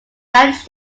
managed